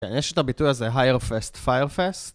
יש את הביטוי הזה hire fast, fire fast